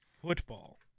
football